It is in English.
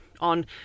on